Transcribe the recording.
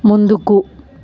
ముందుకు